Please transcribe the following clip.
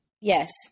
Yes